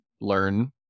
learn